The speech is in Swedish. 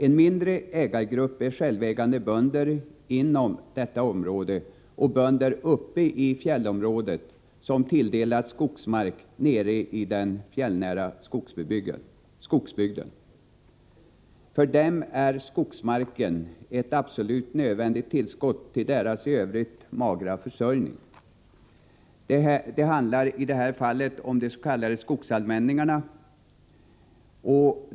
En mindre ägargrupp är självägande bönder inom området och bönder uppe i fjällområdet som tilldelats skogsmark nere i den fjällnära skogsbygden. För dem är skogsmarken ett absolut nödvändigt tillskott till deras i övrigt magra försörjning. Det handlar i det här fallet om de s.k. skogsallmänningarna.